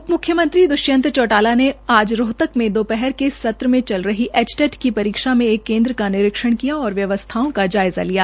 उप मुख्यमंत्री दृष्यंत चौटाला ने आज रोहतक मे दोपहर के सत्र में चल रही एचटेट की परीक्षा के एक केन्द्र का निरीक्षण किया और व्यवस्थाओं का जायज़ा लिया